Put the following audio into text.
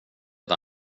där